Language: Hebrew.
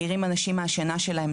מעירים אנשים מהשינה שלהם,